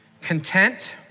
Content